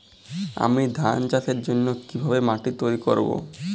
আমি ধান চাষের জন্য কি ভাবে মাটি তৈরী করব?